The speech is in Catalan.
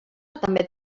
també